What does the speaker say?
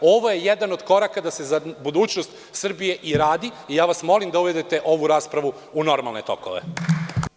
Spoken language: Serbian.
Ovo je jedan od koraka da se za budućnost Srbije i radi i molim vas da uvedete ovu raspravu u normalne tokove.